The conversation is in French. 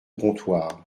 comptoir